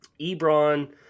Ebron